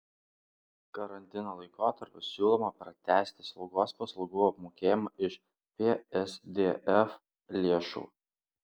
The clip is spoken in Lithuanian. karantino laikotarpiui siūloma pratęsti slaugos paslaugų apmokėjimą iš psdf lėšų